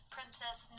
Princess